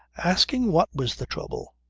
asking what was the trouble?